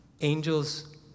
ANGELS